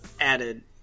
added